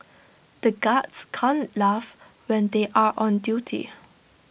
the guards can't laugh when they are on duty